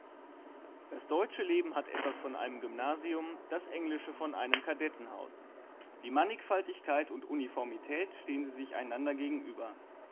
das deutsche leben hat etwas von einem gymnasium das englische von einem kadettenhaus wie mannigfaltigkeit und uniformität stehen sie sich einander gegenüber